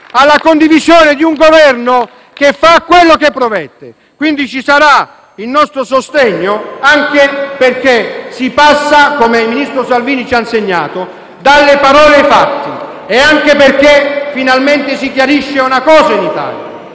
ha la condivisione di un Governo che fa quello che promette. *(Applausi dal Gruppo L-SP-PSd'Az)*. Ci sarà il nostro sostegno, anche perché si passa, come il ministro Salvini ci ha insegnato, dalle parole ai fatti e anche perché finalmente si chiarisce una cosa in Italia,